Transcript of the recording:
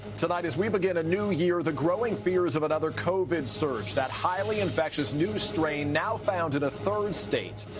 tonight, as we begin a new year, the growing fears of another covid surge. that highly infectious, new strain, now found in a third state.